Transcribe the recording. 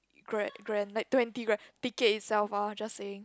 grand grand like twenty grand ticket itself ah just saying